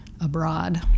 abroad